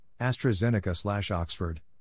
AstraZeneca-Oxford